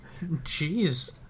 Jeez